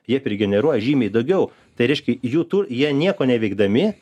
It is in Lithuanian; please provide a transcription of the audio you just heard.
jie prigeneruoja žymiai daugiau tai reiškia jų tur jie nieko neveikdami